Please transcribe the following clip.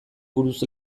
buruz